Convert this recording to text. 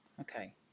Okay